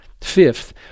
Fifth